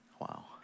Wow